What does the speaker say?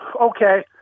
okay